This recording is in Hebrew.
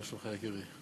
מה שלומך, יקירי?